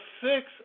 Six